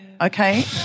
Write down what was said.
Okay